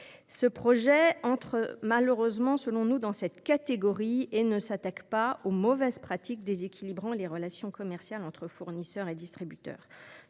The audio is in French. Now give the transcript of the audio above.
de loi entre malheureusement dans cette catégorie et ne s’attaque pas aux mauvaises pratiques déséquilibrant les relations commerciales entre les fournisseurs et les distributeurs.